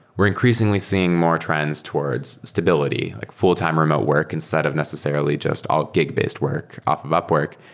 we're increasingly seeing more trends towards stability, like full-time remote work instead of necessarily just all gig-based work off of upwork.